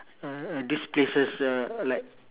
a a this places uh like